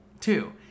Two